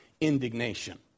indignation